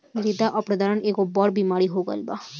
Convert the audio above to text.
मृदा अपरदन एगो बड़ बेमारी हो गईल बा